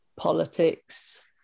politics